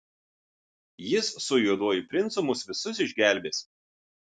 jis su juoduoju princu mus visus išgelbės